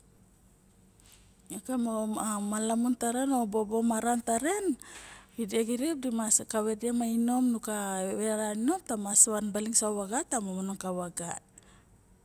Okay no ma lamun taren noxo bobo maran taren ide xirip mas kave de ma inom nu ka vera inom nu mas ka van baling soxa vaga ta minong ka vaga.